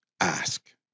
ask